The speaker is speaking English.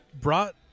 brought